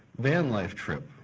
van life trip.